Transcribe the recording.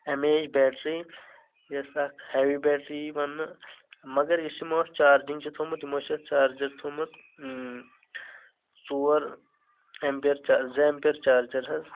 M A H battery یۄس اکھ heavy battery ییہِ وننہٕ مگر یُس یِمو اتھ چارجنٛگ چھُ تھومُت یِمو چھُ اتھ چارجر تھومُت ژور اٮ۪م پیر زٕ اٮ۪م پیر چارجر حظ